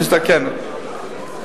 מזדקנת,